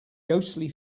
ghostly